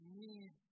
need